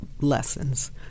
lessons